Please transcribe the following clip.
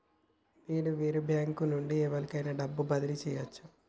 నేను వేరే బ్యాంకు నుండి ఎవలికైనా డబ్బు బదిలీ చేయచ్చా?